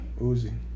Uzi